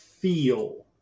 Feel